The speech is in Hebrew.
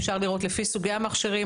אפשר לראות: לפי סוגי המכשירים,